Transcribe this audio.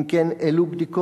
2. אם כן, אילו בדיקות?